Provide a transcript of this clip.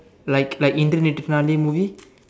like like Indru Netru Naalai movie